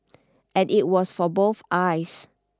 and it was for both eyes